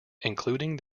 including